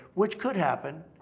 which could happen,